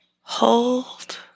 Hold